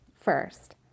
First